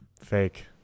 fake